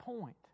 point